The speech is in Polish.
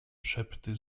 szepty